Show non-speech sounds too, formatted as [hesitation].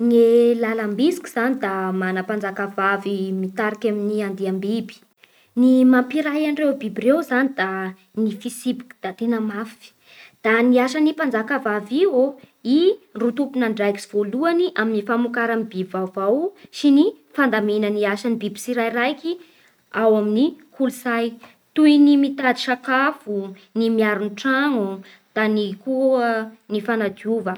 Ny [hesitation] lalam-bitsiky zany da mana mpanjaka vavy mitarika amin'ny andiam-biby. Ny mampiray an'ireo biby ireo zany da ny fitsipiky da tegna mafy. Da ny asan'ny mpanjaka vavy io: i ro tompon'andraikitsy voalohany amin'ny famokara biby vaovao sy ny fandamina ny asan'ny biby tsirairaiky ao amin'ny kolotsay; toy ny mitady sakafo, ny miaro ny tragno, da ny koa [hesitation] ny fanadiova.